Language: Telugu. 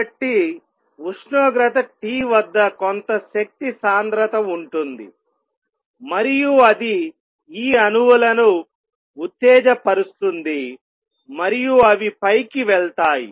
కాబట్టి ఉష్ణోగ్రత T వద్ద కొంత శక్తి సాంద్రత ఉంటుంది మరియు అది ఈ అణువులను ఉత్తేజపరుస్తుంది మరియు అవి పైకి వెళ్తాయి